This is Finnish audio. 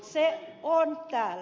se on täällä